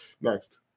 next